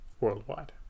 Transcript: worldwide